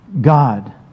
God